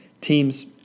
teams